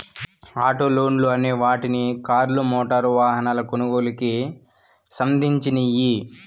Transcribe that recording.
auto లోన్లు అనే వాటిని కార్లు, మోటారు వాహనాల కొనుగోలుకి సంధించినియ్యి